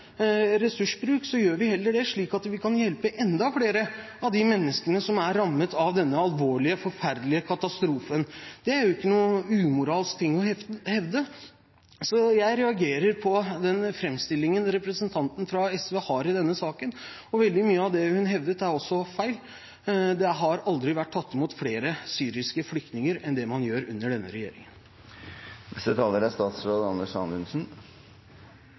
ressursbruk. Vi vil heller ikke gjøre det, slik at vi kan hjelpe enda flere av de menneskene som er rammet av denne alvorlige og forferdelige katastrofen. Dette er ikke noe umoralsk å hevde. Jeg reagerer på framstillingen representanten fra SV har i denne saken. Veldig mye av det hun hevder, er også feil. Det har aldri vært tatt imot flere syriske flyktninger enn det man gjør under denne regjeringen. Det er ingen tvil om at situasjonen i Syria og nabolandene er